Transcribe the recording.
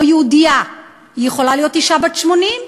או "יהודייה" היא יכולה להיות אישה בת 80,